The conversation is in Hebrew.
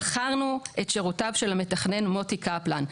שכרנו את שירותיו של המתכנן מוטי קפלן.